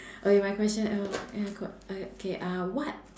okay my question uh eh I got uh K uh what